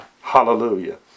Hallelujah